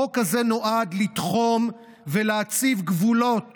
החוק הזה נועד לתחום ולהציב גבולות